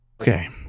Okay